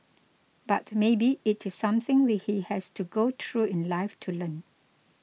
but maybe it is something we he has to go through in life to learn